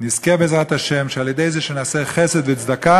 נזכה בעזרת השם שעל-ידי זה נעשה חסד וצדק,